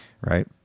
right